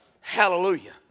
Hallelujah